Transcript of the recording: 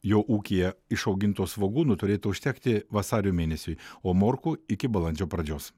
jo ūkyje išaugintų svogūnų turėtų užtekti vasario mėnesiui o morkų iki balandžio pradžios